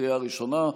לקריאה ראשונה,